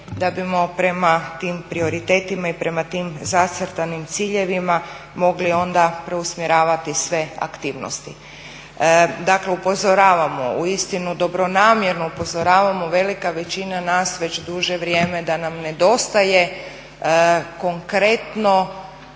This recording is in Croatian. da bimo prema tim prioritetima i prema tim zacrtanim ciljevima mogli onda preusmjeravati sve aktivnosti. Dakle, upozoravamo uistinu dobronamjerno upozoravamo velika većina nas već duže vrijeme da nam nedostaje konkretno